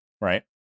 right